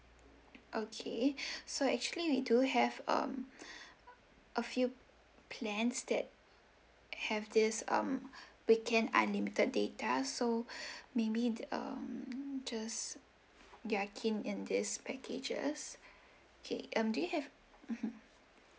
okay so actually we do have um a few plans that have this um weekend unlimited data so maybe um just you are keen in these packages K um do you have mmhmm